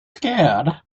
scared